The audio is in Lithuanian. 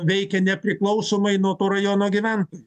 veikia nepriklausomai nuo to rajono gyventojų